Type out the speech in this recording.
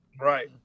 Right